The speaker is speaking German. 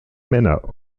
männer